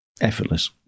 effortless